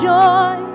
joy